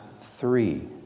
three